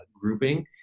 grouping